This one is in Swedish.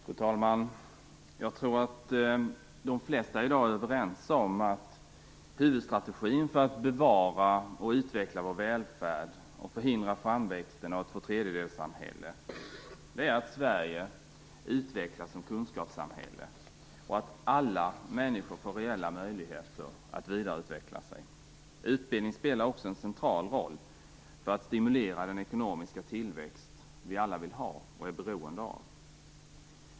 Fru talman! Jag tror att de flesta i dag är överens om att huvudstrategin för att bevara och utveckla vår välfärd och förhindra framväxten av ett tvåtredjedelssamhälle är att Sverige utvecklas som kunskapssamhälle och att alla människor får reella möjligheter att vidareutveckla sig. Utbildning spelar också en central roll för att stimulera den ekonomiska tillväxt vi alla vill ha och är beroende av.